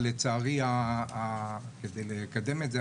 לצערי כדי לקדם את זה,